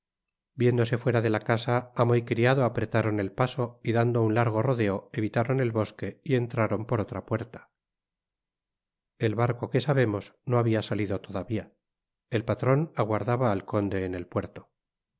viéndose fuera de la casa amo y criado apretaron el paso y dando un largo rodeo evitaron el bosque y entraron por otra puerta el barco que sabemos no habia salido todavia el patron aguardaba al conde en el puerto